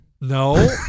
No